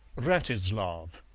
wratislav